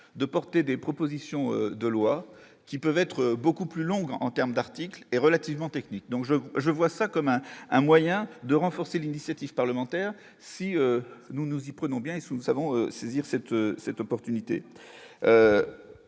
de porter des propositions de loi, qui peuvent être beaucoup plus longue en terme d'articles et relativement technique, donc je je vois ça comme un un moyen de renforcer l'initiative parlementaire, si nous nous y prenons bien sous sa vont saisir cette cette opportunité